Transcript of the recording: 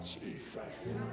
Jesus